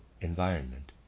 environment